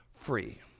free